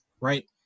right